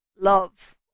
love